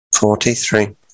Forty-three